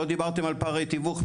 לא דיברתם על פערי תיווך.